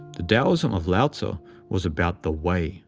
the taoism of lao-tzu was about the way,